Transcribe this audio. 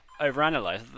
overanalyze